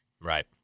right